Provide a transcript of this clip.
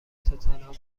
تاتنهام